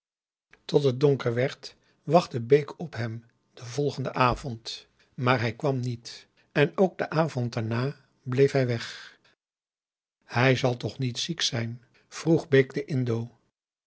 tot het donker werd wachtte bake op hem den volgenden avond maar hij kwam niet en ook den avond daarna bleef hij weg hij zal toch niet ziek zijn vroeg bake den indo